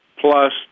plus